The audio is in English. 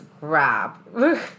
grab